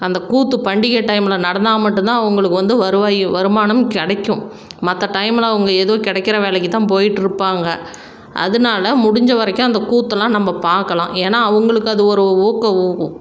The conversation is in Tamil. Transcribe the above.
அந்த கூத்து பண்டிகை டைமில் நடந்தால் மட்டும்தான் அவங்களுக்கு வந்து வருவாய் வருமானம் கிடைக்கும் மற்ற டைமில் அவங்க ஏதோ கிடைக்கிற வேலைக்குதான் போய்கிட்ருப்பாங்க அதனால முடிஞ்சவரைக்கும் அந்த கூத்தெலாம் நம்ம பார்க்கலாம் ஏன்னால் அவங்களுக்கு அது ஒரு ஊக்க